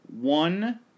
one